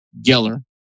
Geller